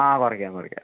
ആ കുറയ്ക്കാം കുറയ്ക്കാം